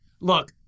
look